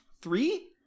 Three